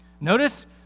Notice